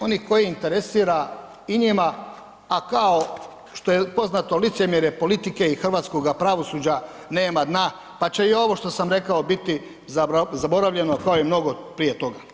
Oni koje interesira i njima, a kao što je poznato licemjerje politike i hrvatskoga pravosuđa nema dna, pa će i ovo što sam rekao biti zaboravljeno kao i mnogo prije toga.